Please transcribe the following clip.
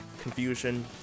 confusion